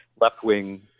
left-wing